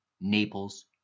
Naples